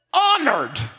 honored